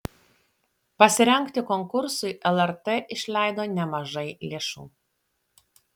pasirengti konkursui lrt išleido nemažai lėšų